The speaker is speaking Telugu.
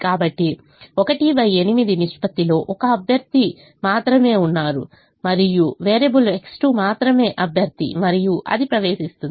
కాబట్టి 18 నిష్పత్తితో 1 అభ్యర్థి మాత్రమే ఉన్నారు మరియు వేరియబుల్ X2 మాత్రమే అభ్యర్థి మరియు అది ప్రవేశిస్తుంది